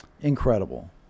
incredible